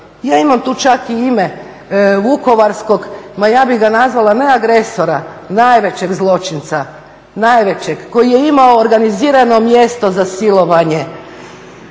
Ja imam tu čak i ime Vukovarskog, ma ja bih ga nazvala, ne agresora, najvećeg zločinca, najvećeg, koji je imao organizirano mjesto za silovanje,